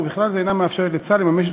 ובכלל זה אינה מאפשרת לצה"ל לממש את